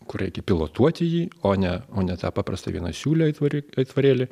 kur reikia pilotuoti jį o ne o ne tą paprastą vienasiūlį aitvari aitvarėlį